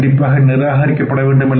கண்டிப்பாக நிராகரிக்கப்பட வேண்டும்